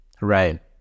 Right